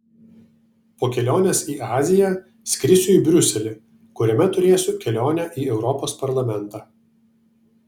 po kelionės į aziją skrisiu į briuselį kuriame turėsiu kelionę į europos parlamentą